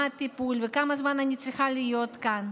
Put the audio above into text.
מה הטיפול וכמה זמן אני צריכה להיות שם.